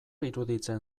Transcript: iruditzen